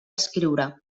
escriure